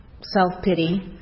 self-pity